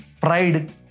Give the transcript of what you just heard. Pride